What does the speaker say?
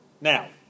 Now